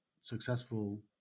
successful